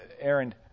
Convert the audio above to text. Aaron